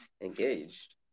engaged